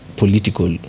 political